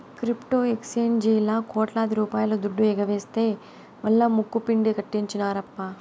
crypto ఎక్సేంజీల్లా కోట్లాది రూపాయల దుడ్డు ఎగవేస్తె మల్లా ముక్కుపిండి కట్టించినార్ప